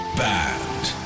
band